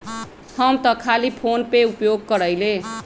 हम तऽ खाली फोनेपे के उपयोग करइले